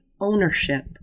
ownership